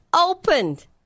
opened